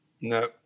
no